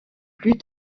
plus